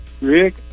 Rick